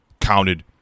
counted